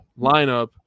lineup